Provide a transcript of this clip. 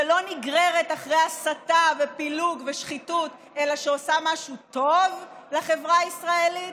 שלא נגררת אחרי הסתה ופילוג ושחיתות אלא עושה משהו טוב לחברה הישראלית?